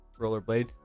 rollerblade